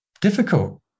difficult